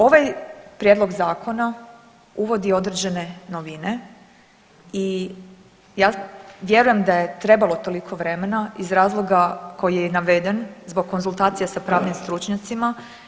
Ovaj prijedlog zakona uvodi određene novine i ja vjerujem da je trebalo toliko vremena iz razloga koji je i naveden zbog konzultacija sa pravnim stručnjacima.